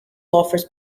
offers